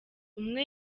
umwe